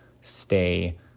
stay